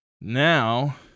Now